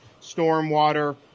stormwater